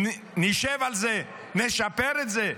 נשב על זה, נשפר את זה.